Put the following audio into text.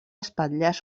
espatlles